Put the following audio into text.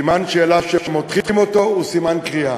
סימן שאלה שמותחים אותו הוא סימן קריאה.